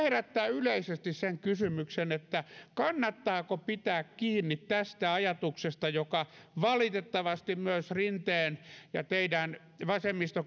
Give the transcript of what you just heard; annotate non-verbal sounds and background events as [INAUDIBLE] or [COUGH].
[UNINTELLIGIBLE] herättää yleisesti sen kysymyksen kannattaako pitää kiinni tästä ajatuksesta joka valitettavasti myös rinteen ja teidän vasemmisto [UNINTELLIGIBLE]